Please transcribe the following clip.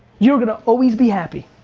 you're gonna always be happy.